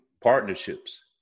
partnerships